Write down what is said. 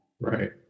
Right